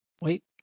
Wait